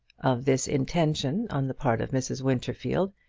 of this intention on the part of mrs. winterfield,